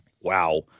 Wow